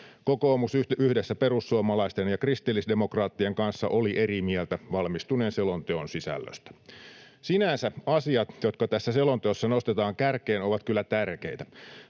Kokoomus yhdessä perussuomalaisten ja kristillisdemokraattien kanssa oli eri mieltä valmistuneen selonteon sisällöstä. Sinänsä asiat, jotka tässä selonteossa nostetaan kärkeen, ovat kyllä tärkeitä.